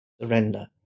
surrender